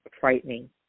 frightening